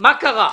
מה קרה?